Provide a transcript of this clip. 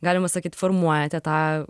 galima sakyt formuojate tą